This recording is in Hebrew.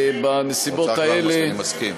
אני מסכים.